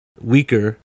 weaker